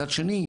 מצד שני,